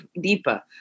deeper